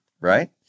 right